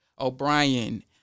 O'Brien